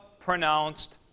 pronounced